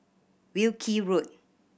Wilkie Road